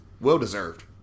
well-deserved